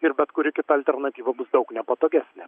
ir bet kuri kita alternatyva bus daug nepatogesnė